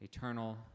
Eternal